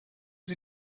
sie